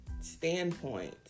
standpoint